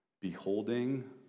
beholding